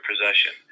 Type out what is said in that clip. possession